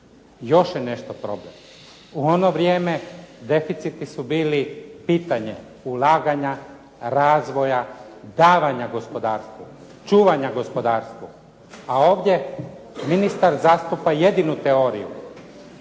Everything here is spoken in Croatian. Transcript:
Još je nešto problem. U ono vrijeme deficiti su bili pitanje ulaganja, razvoja, davanja gospodarstvu, čuvanja gospodarstvu. A ovdje ministar zastupa jedinu teoriju,